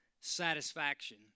satisfaction